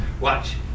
Watch